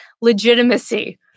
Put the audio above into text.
legitimacy